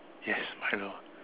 yes Milo